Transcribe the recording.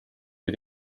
või